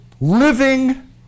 living